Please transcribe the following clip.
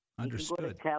Understood